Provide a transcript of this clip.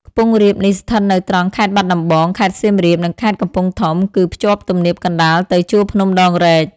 ខ្ពង់រាបនេះស្ថិតនៅត្រង់ខេត្តបាត់ដំបង ខេត្តសៀមរាប និងខេត្តកំពង់ធំ គឺ ភ្ជាប់ទំនាបកណ្តាលទៅជួរភ្នំដងរែក ។